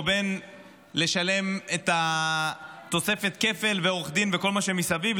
לבין לשלם את תוספת הכפל ועורך דין וכל מה שמסביב,